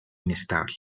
inestable